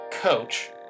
coach